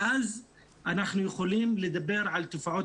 ואז אנחנו יכולים לדבר על תופעות